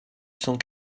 cent